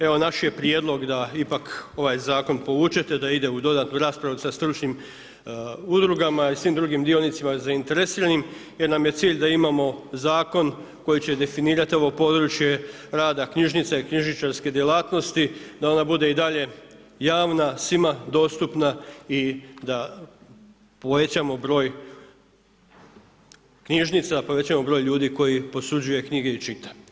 Evo naš je prijedlog da ipak ovaj zakon povučete da ide u dodatnu raspravu sa stručnim udrugama i svim drugim dionicama zainteresiranim jer nam je cilj da imamo zakon koji će definirati ovo područje rada knjižnice i knjižničarske djelatnost, da ona bude i dalje javna i svima dostupna i da povećamo broj knjižnica, povećamo broj ljudi koji posuđuje knjige i čita.